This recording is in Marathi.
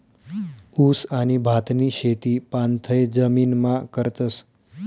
ऊस आणि भातनी शेती पाणथय जमीनमा करतस